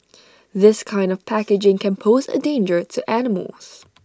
this kind of packaging can pose A danger to animals